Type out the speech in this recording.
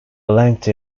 lengthy